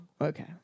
Okay